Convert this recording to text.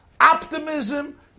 optimism